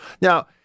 Now